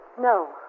No